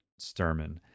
Sturman